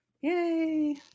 Yay